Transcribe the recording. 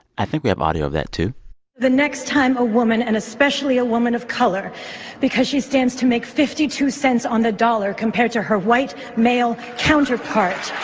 i think we have audio of that, too the next time a woman and especially a woman of color because she stands to make fifty two cents on the dollar compared to her white, male counterpart.